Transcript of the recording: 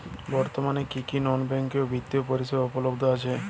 বর্তমানে কী কী নন ব্যাঙ্ক বিত্তীয় পরিষেবা উপলব্ধ আছে?